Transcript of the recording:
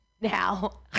now